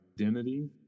identity